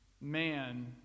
Man